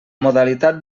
modalitat